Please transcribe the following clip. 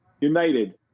United